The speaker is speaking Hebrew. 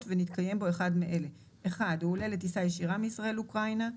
ונתקיים בו אחד מאלה: (1)הוא עולה לטיסה ישירה מישראל לאוקראינה,